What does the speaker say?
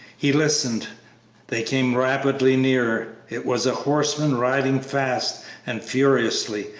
he listened they came rapidly nearer it was a horseman riding fast and furiously,